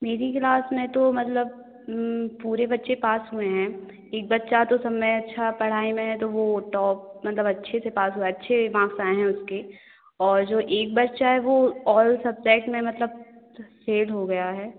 मेरी क्लास में तो मतलब पूरे बच्चे पास हुए हैं एक बच्चा तो सब में अच्छा पढ़ाई में है तो वह टॉप मतलब अच्छे से पास हुआ है अच्छे माक्स आए हैं उसके और जो एक बच्चा है वह ऑल सब्जेक्ट में मतलब फ़ेल हो गया है